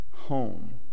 home